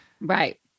Right